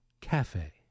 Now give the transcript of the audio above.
Cafe